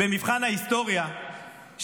-- במבחן ההיסטוריה,